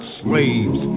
slaves